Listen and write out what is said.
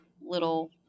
little